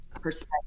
perspective